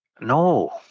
no